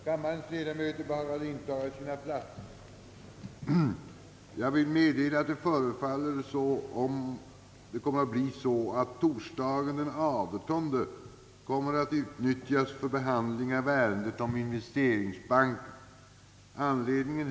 Jag vill meddela, att arbetsplenum torsdagen den 18 dennes kommer att hållas med början kl. 11.00 i stället för ki. 15.00, för behandling av ärendet om investeringsbanken.